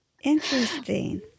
Interesting